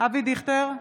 אבי דיכטר,